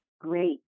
great